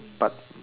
but